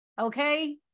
Okay